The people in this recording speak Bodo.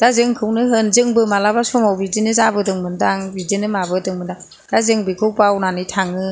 दा जोंखौनो होन जोंबो मालाबा समाव बिदिनो जाबोदोंमोन दां बिदिनो माबोदोंमोन दां दा जों बेखौ बावनानै थाङो